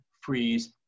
freeze